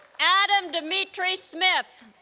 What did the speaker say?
adam dimitri smith